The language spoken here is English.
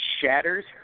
shatters